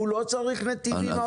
הוא לא צריך נתיבים?